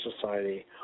society